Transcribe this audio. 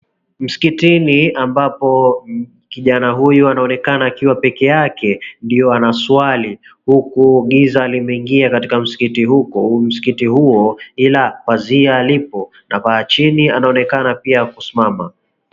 Msikitini ambapo kijana huyu anaonekana akiwa peke yake ndio anaswali huku giza limeingia katika msikiti huo ila pazia lipo na pa chini anaonekana pia kusimama.